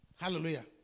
Hallelujah